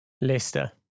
leicester